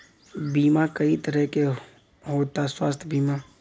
बीमा कई तरह के होता स्वास्थ्य बीमा?